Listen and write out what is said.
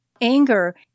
Anger